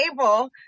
able